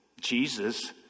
Jesus